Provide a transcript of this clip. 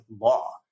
law